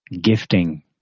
gifting